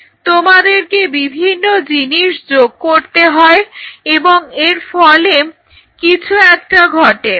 তোমাদেরকে বিভিন্ন জিনিস যোগ করতে হয় এবং এর ফলে কিছু একটা ঘটে